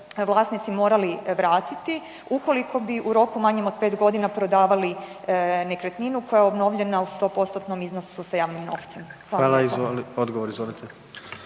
vlasnici morali vratiti ukoliko bi u roku manjem od 5 godina prodavali nekretninu koja je obnovljena u 100%-tnom iznosu sa javnim novcem. Hvala.